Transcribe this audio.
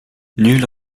nul